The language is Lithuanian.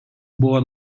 buvo